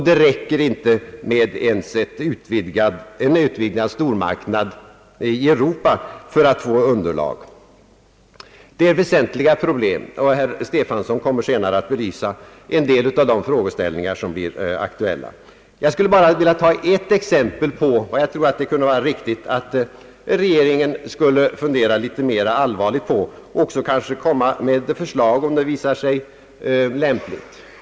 Det räcker inte ens med en utvidgad stormarknad i Europa för att få underlag för dessa. Detta är väsentliga problem och herr Stefanson kommer senare att belysa en del av dessa aktuella frågeställningar. Jag skall bara ta upp ett enda exempel på vad regeringen borde fundera mera allvarligt på och kanske också lägga fram förslag om, ifall det skulle visa sig lämpligt.